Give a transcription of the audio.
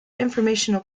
information